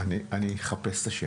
אני אחפש את השם,